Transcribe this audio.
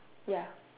ya